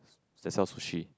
they sell sushi